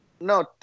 No